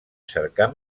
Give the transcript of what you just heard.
cercar